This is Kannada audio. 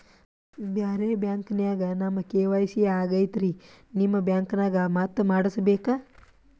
ಬ್ಯಾರೆ ಬ್ಯಾಂಕ ನ್ಯಾಗ ನಮ್ ಕೆ.ವೈ.ಸಿ ಆಗೈತ್ರಿ ನಿಮ್ ಬ್ಯಾಂಕನಾಗ ಮತ್ತ ಮಾಡಸ್ ಬೇಕ?